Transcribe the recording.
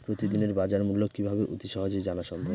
প্রতিদিনের বাজারমূল্য কিভাবে অতি সহজেই জানা সম্ভব?